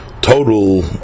total